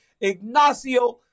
Ignacio